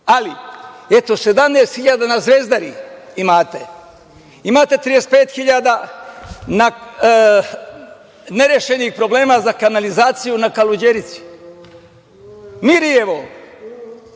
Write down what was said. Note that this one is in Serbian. redu? Eto, 17.000 na Zvezdari imate, imate 35.000 nerešenih problema za kanalizaciju na Kaluđerici, Mirijevu,